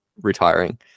retiring